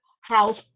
house